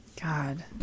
god